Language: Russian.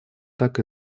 так